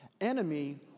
Enemy